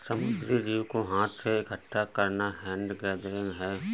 समुद्री जीव को हाथ से इकठ्ठा करना हैंड गैदरिंग है